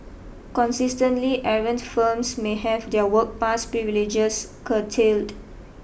consistently errant firms may have their work pass privileges curtailed